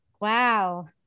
Wow